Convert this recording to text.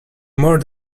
more